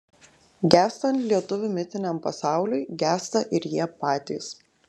gęstant lietuvių mitiniam pasauliui gęsta ir jie patys